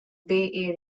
bay